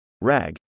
RAG